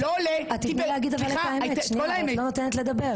את לא נותנת לדבר.